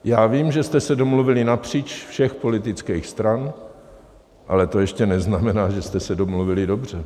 Já vím, že jste se domluvili napříč všech politických stran, ale to ještě neznamená, že jste se domluvili dobře.